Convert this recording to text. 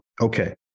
okay